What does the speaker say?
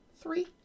Three